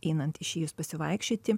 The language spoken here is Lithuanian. einant išėjus pasivaikščioti